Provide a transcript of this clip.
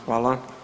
Hvala.